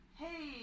hey